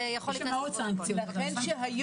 פה בסעיף הזה: תוך התחשבות בשיעור שינוי הקפיטציה של הקופות.